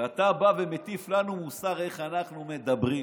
ואתה בא ומטיף לנו מוסר איך אנחנו מדברים.